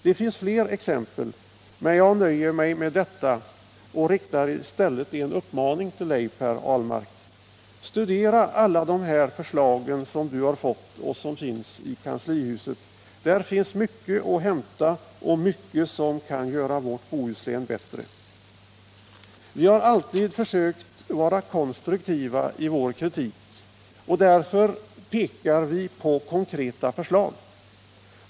Det finns fler exempel, men jag nöjer mig med detta och riktar i stället en uppmaning till Per Ahlmark: Studera alla de förslag som kommit in till kanslihuset! Där finns mycket att hämta, mycket som kan göra vårt Bohuslän bättre. Vi har alltid försökt vara konstruktiva i vår kritik, och därför pekar vi på konkreta förslag.